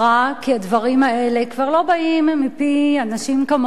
כי הדברים האלה כבר לא באים מפי אנשים כמוני,